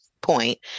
point